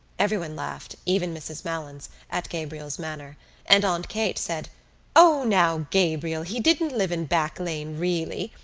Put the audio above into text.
everyone laughed, even mrs. malins, at gabriel's manner and aunt kate said o, now, gabriel, he didn't live in back lane, really.